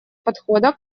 подхода